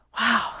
Wow